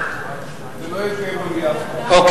זה לא יתקיים במליאה אף פעם.